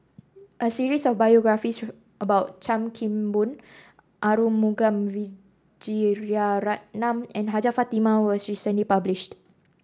a series of biographies about Chan Kim Boon Arumugam Vijiaratnam and Hajjah Fatimah was recently published